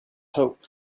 hope